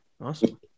Awesome